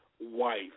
wife